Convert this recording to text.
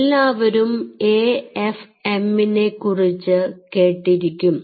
എല്ലാവരും AFM നെ കുറിച്ച് കേട്ടിരിക്കും